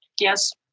Yes